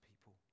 people